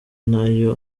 nayo